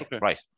Right